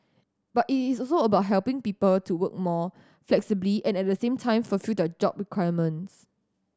but it is also about helping people to work more flexibly and at the same time fulfil their job requirements